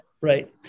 right